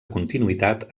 continuïtat